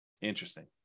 Interesting